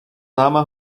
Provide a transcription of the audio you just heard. náma